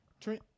Trent